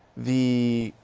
the.